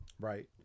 Right